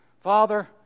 Father